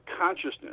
consciousness